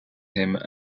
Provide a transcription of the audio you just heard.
him